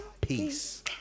Peace